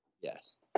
yes